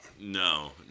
No